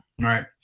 Right